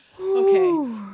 Okay